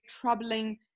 troubling